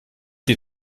die